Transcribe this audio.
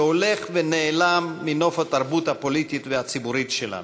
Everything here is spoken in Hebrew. שהולך ונעלם מנוף התרבות הפוליטית והציבורית שלנו: